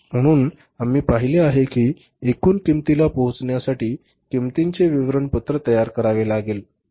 म्हणून आम्ही पाहिले आहे की एकूण किंमतीला पोचण्यासाठी किंमतीचे विवरण पत्र तयार करावे लागेल